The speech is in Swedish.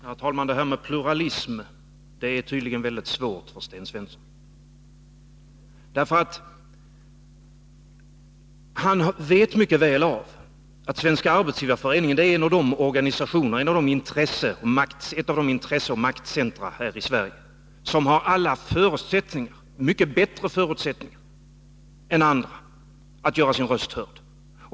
Herr talman! Pluralism är tydligen väldigt svårt för Sten Svensson. Han vet mycket väl att Svenska arbetsgivareföreningen är ett av de intresseoch maktcentra här i Sverige som har mycket bättre förutsättningar än andra att göra sin röst hörd.